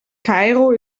kairo